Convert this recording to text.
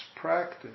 practice